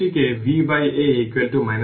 সুতরাং এখানে এটি বেস e এর লগ